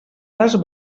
les